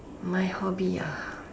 my hobby ah